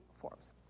forms